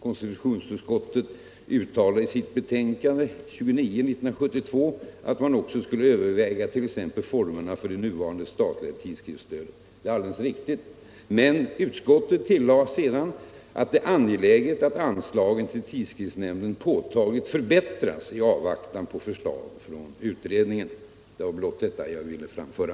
Konstitutionsutskottet uttalar i sitt betänkande nr 29 år 1972 att man också skall överväga t.ex. formerna för det nuvarande statliga tidskriftsstödet. Men utskottet tillade sedan att det är angeläget att anslagen till tidskriftshämnden påtagligt förbättras i avvaktan på förslag från utredningen. Det var blott detta jag ville framföra.